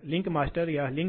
फिर लोग पैसे को देखने जा रहे हैं इसलिए यदि आप यह सब इस पर निर्भर करता है फिर से याद रखें कि पाठ्यक्रम के शुरुआती पाठों में हमने पूंजीगत लागत के बारे में बात की थी और हम लागत और हमने चर लागत के बारे में बात की थी इतनी ऊर्जा परिवर्तनीय लागत है इसलिए क्या लोग सरल प्रकार के नियंत्रण का सहारा लेने जा रहे हैं या नहीं क्या वे वास्तव में इस चर गति ड्राइव को खरीदेंगे या नहीं यह निर्भर करता है कि इन ड्राइव को खरीदने के लिए कितने पैसे की आवश्यकता है और कितने पैसे की आवश्यकता है कितनी बचत के खिलाफ उन्हें बनाए रखने के लिए ये